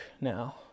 now